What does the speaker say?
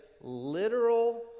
literal